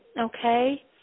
okay